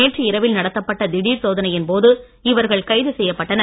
நேற்று இரவில் நடத்தப்பட்ட திடர் சோதனையின் போது இவர்கள் கைது செய்யப்பட்டனர்